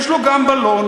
יש לו גם בלון.